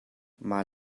mah